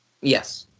yes